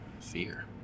fear